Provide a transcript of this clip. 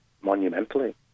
monumentally